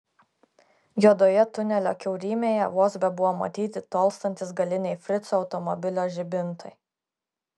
juodoje tunelio kiaurymėje vos bebuvo matyti tolstantys galiniai frico automobilio žibintai